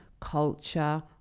culture